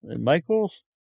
michael's